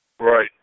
Right